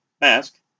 mask